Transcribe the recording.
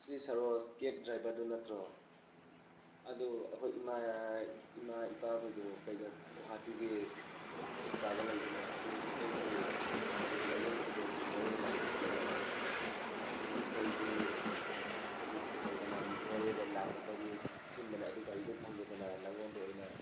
ꯁꯤ ꯁꯔꯣꯁ ꯀꯦꯐ ꯗ꯭ꯔꯥꯚꯔꯗꯣ ꯅꯠꯇ꯭ꯔꯣ ꯑꯗꯨ ꯑꯩꯈꯣꯏ ꯏꯃꯥ ꯏꯃꯥ ꯏꯄꯥ ꯈꯣꯏꯗꯨ ꯀꯩꯗ ꯒꯣꯍꯥꯇꯤꯒꯤ ꯍꯣꯁꯄꯤꯇꯥꯜꯗ ꯂꯩꯕꯅꯦ ꯑꯗꯨ ꯃꯈꯣꯏꯁꯤ ꯂꯥꯏꯌꯦꯡꯕꯗꯨ ꯂꯣꯏꯔ ꯃꯣꯔꯦꯗ ꯂꯥꯛꯅꯤꯡꯉꯛꯄꯅꯦꯕ ꯑꯗꯨ ꯃꯈꯣꯏꯁꯦ ꯍꯧꯖꯤꯛ ꯀꯩꯗꯧꯗꯅ ꯃꯣꯔꯦꯗ ꯂꯥꯛꯅꯕꯒꯤ ꯁꯤꯟꯕꯅꯦ ꯑꯗꯣ ꯒꯥꯔꯤ ꯐꯪꯗꯗꯅ ꯅꯪꯉꯣꯟꯗ ꯑꯣꯏꯅ